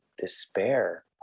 despair